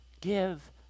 give